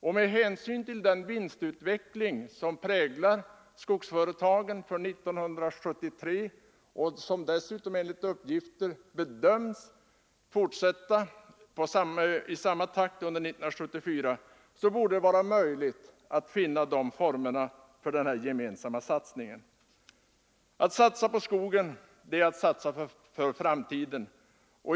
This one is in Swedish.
Och med hänsyn till den vinstutveckling som de stora skogsföretagen redovisar för 1973 och som enligt uppgifter bedöms fortsätta i samma takt under 1974 borde det vara möjligt att finna former för en sådan gemensam satsning. Att satsa på skogen är att satsa för framtiden.